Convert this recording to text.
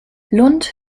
lund